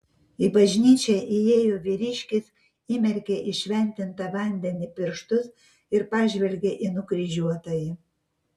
į bažnyčią įėjo vyriškis įmerkė į šventintą vandenį pirštus ir pažvelgė į nukryžiuotąjį